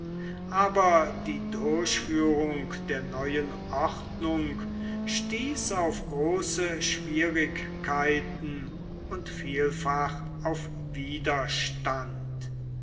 aber die durchführung der neuen ordnung stieß auf große schwierigkeiten und vielfach auf widerstand